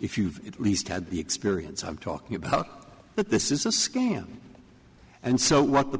if you've at least had the experience i'm talking about but this is a scam and so what the